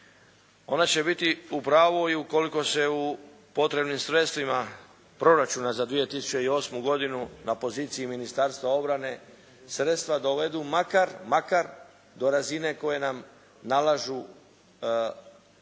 Ona će biti u pravu i ukoliko se u potrebnim sredstvima proračuna za 2008. godinu na poziciji Ministarstva obrane sredstva dovedu makar do razine koje nam nalažu ugovori,